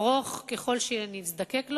ארוך ככל שנזדקק לו,